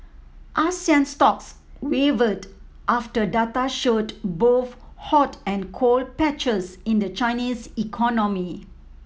Asian stocks wavered after data showed both hot and cold patches in the Chinese economy